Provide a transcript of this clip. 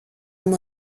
μου